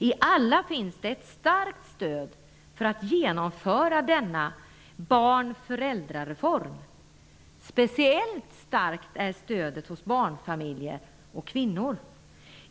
I alla finns ett starkt stöd för att genomföra denna barn och föräldrareform. Speciellt starkt är stödet hos barnfamiljer och kvinnor.